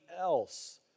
else